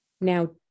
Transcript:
Now